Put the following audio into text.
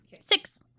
six